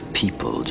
people